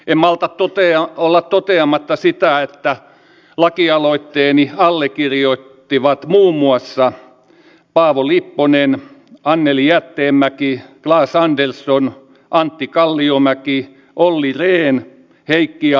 en malta olla toteamatta sitä että lakialoitteeni allekirjoittivat muun muassa paavo lipponen anneli jäätteenmäki claes andersson antti kalliomäki olli rehn heikki a